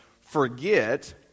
forget